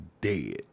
dead